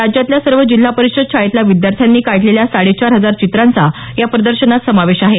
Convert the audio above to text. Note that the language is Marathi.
राज्यातल्या सर्व जिल्हा परिषद शाळेतल्या विद्यार्थ्यांनी काढलेल्या साडेचार हजार चित्रांचा या प्रदर्शनात समावेश आहे